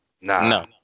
no